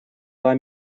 два